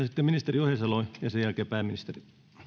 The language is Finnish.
sitten ministeri ohisalo ja sen jälkeen pääministeri